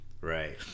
Right